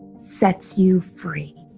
sets you free.